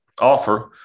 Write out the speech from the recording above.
offer